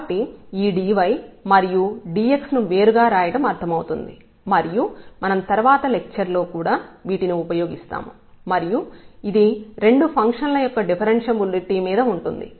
కాబట్టి ఈ dy మరియు dx ను వేరుగా రాయడం అర్థమవుతుంది మరియు మనం తర్వాత లెక్చర్ లో కూడా వీటిని ఉపయోగిస్తాము మరియు అది రెండు ఫంక్షన్ ల యొక్క డిఫరెన్షబులిటీ మీద ఉంటుంది